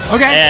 Okay